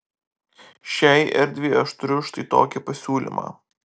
šiai erdvei aš turiu štai tokį pasiūlymą